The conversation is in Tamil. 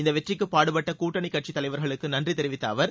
இந்த வெற்றிக்கு பாடுபட்ட கூட்டணி கட்சி தலைவர்களுக்கு நன்றி தெரிவித்த அவர்